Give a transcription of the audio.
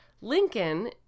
Lincoln